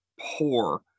poor